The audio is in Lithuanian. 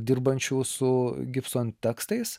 dirbančių su gipson tekstais